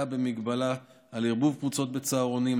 הקלה בהגבלה על ערבוב קבוצות בצהרונים,